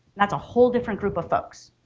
that's a whole different group of folks.